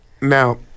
now